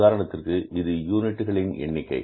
உதாரணத்திற்கு இது யூனிட்களின் எண்ணிக்கை